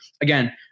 again